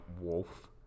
wolf